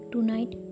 Tonight